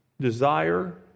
desire